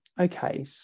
Okay